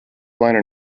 liner